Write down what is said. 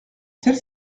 celle